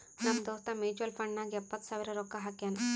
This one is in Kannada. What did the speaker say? ನಮ್ ದೋಸ್ತ ಮ್ಯುಚುವಲ್ ಫಂಡ್ ನಾಗ್ ಎಪ್ಪತ್ ಸಾವಿರ ರೊಕ್ಕಾ ಹಾಕ್ಯಾನ್